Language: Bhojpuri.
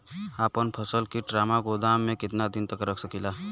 अपना फसल की ड्रामा गोदाम में कितना दिन तक रख सकीला?